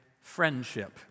Friendship